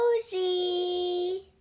cozy